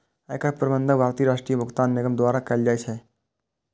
एकर प्रबंधन भारतीय राष्ट्रीय भुगतान निगम द्वारा कैल जाइ छै